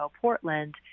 Portland